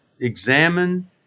examine